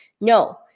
No